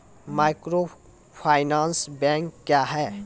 Microfinance bank क्या हैं?